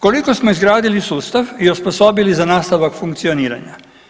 Koliko smo izgradili sustav i osposobili za nastavak funkcioniranja?